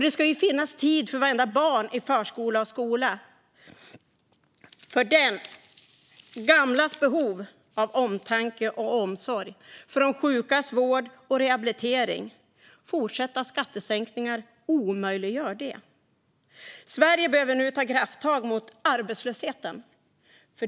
Det ska finnas tid för vartenda barn i förskola och skola, för de gamlas behov av omtanke och omsorg och för de sjukas vård och rehabilitering. Fortsatta skattesänkningar omöjliggör det. Sverige behöver nu ta krafttag mot arbetslösheten.